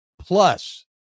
Plus